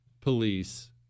police